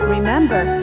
Remember